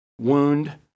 wound